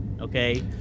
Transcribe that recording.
okay